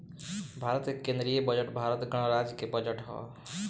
भारत के केंदीय बजट भारत गणराज्य के बजट ह